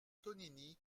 tonini